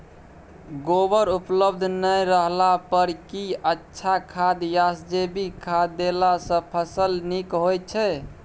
गोबर उपलब्ध नय रहला पर की अच्छा खाद याषजैविक खाद देला सॅ फस ल नीक होय छै?